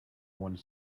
one